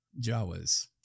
Jawas